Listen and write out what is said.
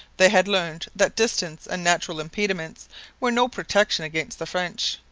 they had learned that distance and natural impediments were no protection against the french.